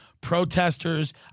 Protesters